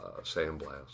Sandblast